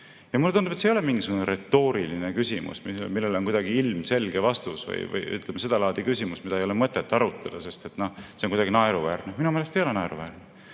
Mulle tundub, et see ei ole mingisugune retooriline küsimus, millele on kuidagi ilmselge vastus, või, ütleme, seda laadi küsimus, mida ei ole mõtet arutada, sest see on kuidagi naeruväärne. Minu meelest ei ole naeruväärne,